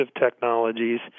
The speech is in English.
technologies